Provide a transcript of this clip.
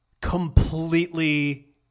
completely